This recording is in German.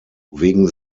wegen